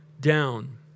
down